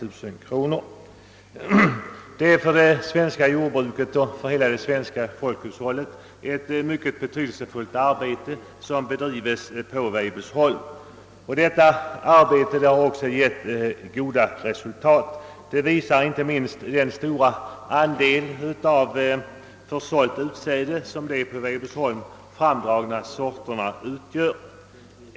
Det är ett för det svenska jordbruket och för hela det svenska folkhushållet mycket betydelsefullt arbete som bedrivs på Weibullsholm, och detta arbete har också givit goda resultat — det visar inte minst den stora andel av försålt utsäde som de på Weibullsholm framdragna sorterna utgör.